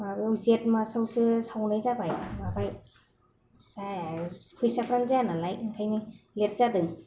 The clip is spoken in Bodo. माबायाव जेथ मासावसो सावनाय जाबाय माबा जाया फैसाफोरानो जाया नालाय ओंखायनो लेट जादों